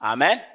Amen